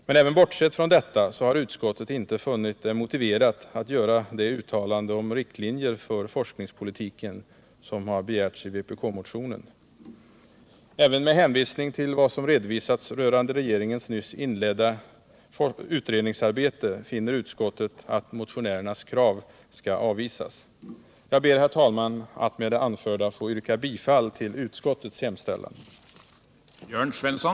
Men även bortsett från detta har utskottet inte funnit det motiverat att göra det uttalande om riktlinjer för forskningspolitiken som har begärts i vpk-motionen. Även med hänvisning till vad som redovisats rörande regeringens nyss inledda utredningsarbete finner utskottet att motionärernas krav skall avvisas. Jag ber med det anförda, herr talman, att få yrka bifall till utskottets hemställan.